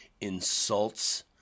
insults